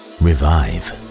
revive